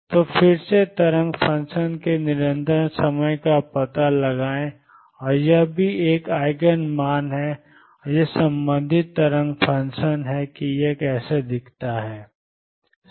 तो फिर से तरंग फ़ंक्शन के निरंतर समय का पता लगाएं और यह भी एक आइगन मान है और यह संबंधित तरंग फ़ंक्शन है कि यह कैसा दिखता है